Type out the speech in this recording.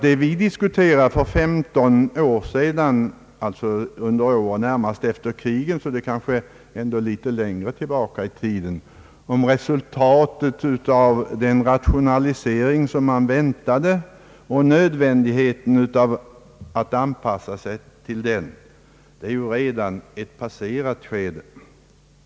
Det vi diskuterade för 15 år sedan — eller åren närmast efter kriget och alltså ännu längre tillbaka i tiden — om resultatet av den rationalisering, som man väntade, och nödvändigheten av att anpassa sig till den, det är redan ett passerat skede.